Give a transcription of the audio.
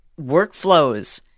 workflows